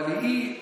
אבל היא,